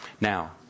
now